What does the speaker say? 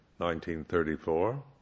1934